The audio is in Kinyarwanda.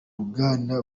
ruganda